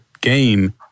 game